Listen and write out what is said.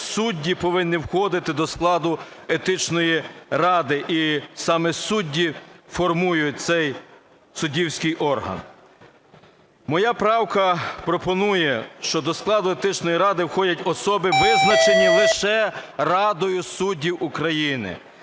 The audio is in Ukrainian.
судді повинні входити до складу Етичної ради і саме судді формують цей суддівський орган. Моя правка пропонує, щодо складу Етичної ради входять особи, визначені лише Радою суддів України.